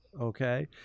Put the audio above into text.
okay